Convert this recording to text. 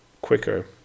quicker